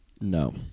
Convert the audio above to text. No